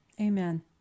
Amen